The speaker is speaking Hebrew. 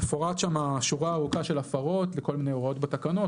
מפורטת שם שורה ארוכה של הפרות לכל מיני הוראות בתקנות,